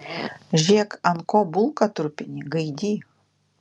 žėk ant ko bulką trupini gaidy